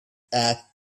asked